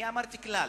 אני אמרתי כלל,